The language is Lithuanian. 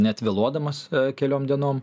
net vėluodamas keliom dienom